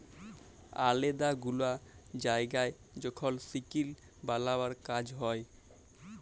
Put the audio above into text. আলেদা গুলা জায়গায় যখল সিলিক বালাবার কাজ হ্যয়